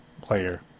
player